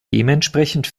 dementsprechend